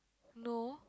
no